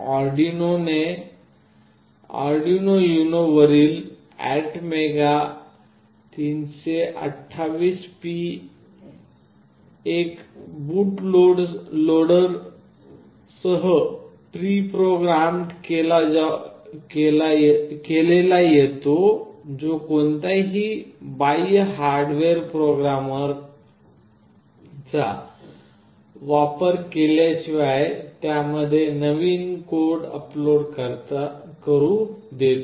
Arduino Uno वरील ATmega328P एक boot लोडरसह प्री प्रोग्राम केलेला येतो जो कोणत्याही बाह्य हार्डवेअर प्रोग्रामरचा वापर केल्याशिवाय त्यामध्ये नवीन कोड अपलोड करू देतो